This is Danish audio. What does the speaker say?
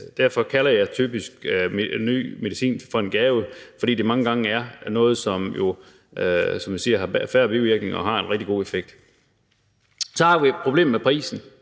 Derfor kalder jeg næsten altid ny medicin for en gave, fordi det mange gange er noget, som har færre bivirkninger og en rigtig god effekt. Så har vi et problem med prisen,